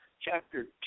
chapter